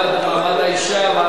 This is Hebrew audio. הוועדה לקידום מעמד האשה.